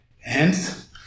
Hence